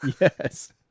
yes